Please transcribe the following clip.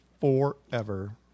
forever